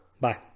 bye